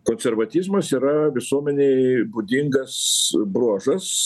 konservatizmas yra visuomenei būdingas bruožas